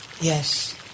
yes